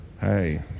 hey